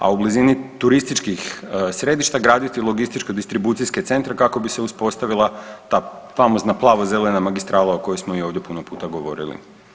A u blizini turističkih središta graditi logističko distribucijske centre kako bi se uspostavila ta famozna plavo zelena magistrala o kojoj smo i ovdje puno puta govorili.